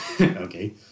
okay